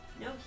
No